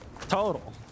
total